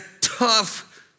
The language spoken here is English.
tough